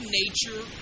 nature